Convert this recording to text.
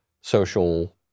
social